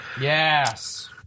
Yes